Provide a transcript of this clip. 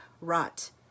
rot